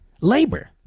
Labor